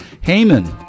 Haman